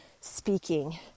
speaking